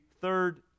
third